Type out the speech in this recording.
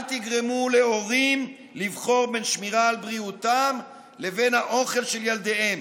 אל תגרמו להורים לבחור בין שמירה על בריאותם לבין האוכל של ילדיהם.